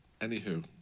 anywho